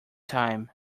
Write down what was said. time